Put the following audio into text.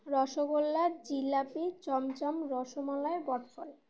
রসগোল্লা জিলিপি চমচম রসমালাই বটফল